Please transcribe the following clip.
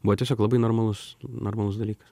buvo tiesiog labai normalus normalus dalykas